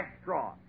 straw